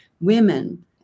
Women